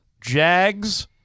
Jags